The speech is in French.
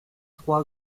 trois